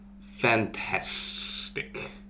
Fantastic